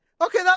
Okay